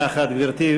ברכות.